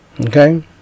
Okay